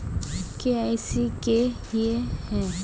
KYC की हिये है?